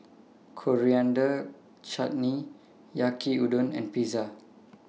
Coriander Chutney Yaki Udon and Pizza